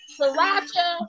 Sriracha